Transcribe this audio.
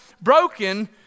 broken